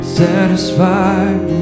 satisfied